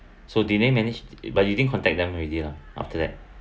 so did they managed but you didn't contact them already lah after that